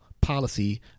policy